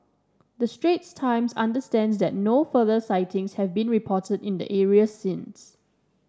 the Straits Times understands that no further sightings have been reported in the areas since